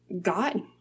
God